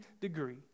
degree